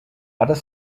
other